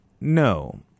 no